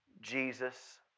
Jesus